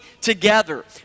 together